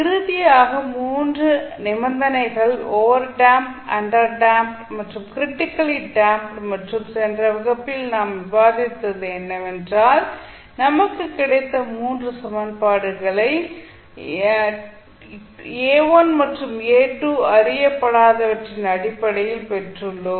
இறுதியாக 3 நிபந்தனைகள் over damped under damped மற்றும் க்ரிட்டிக்கல்லி டேம்ப்ட் மற்றும் சென்ற வகுப்பில் நாம் விவாதித்தது என்னவென்றால் நமக்கு கிடைத்த 3 சமன்பாடுகளை 2 A1 மற்றும் A2 அறியப்படாதவற்றின் அடிப்படையில் பெற்றுள்ளோம்